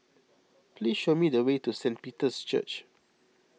please show me the way to Saint Peter's Church